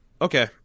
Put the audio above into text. Okay